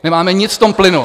Nemáme nic v tom plynu!